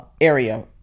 area